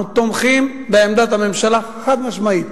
אנחנו תומכים בעמדת הממשלה חד-משמעית,